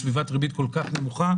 בסביבת ריבית כל כך נמוכה,